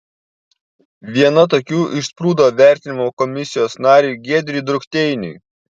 viena tokių išsprūdo vertinimo komisijos nariui giedriui drukteiniui